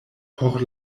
por